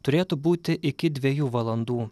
turėtų būti iki dviejų valandų